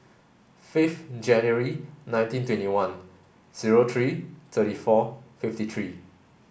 fifth January nineteen twenty one zero three thirty four fifty three